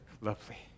lovely